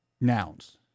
nouns